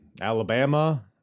Alabama